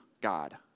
God